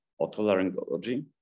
otolaryngology